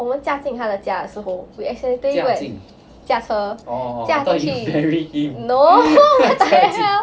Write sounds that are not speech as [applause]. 我们驾进他的家的时候 we accidentally wet 驾车驾进去 no [laughs] what the hell